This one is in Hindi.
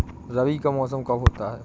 रबी का मौसम कब होता हैं?